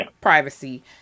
privacy